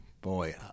boy